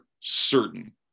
certain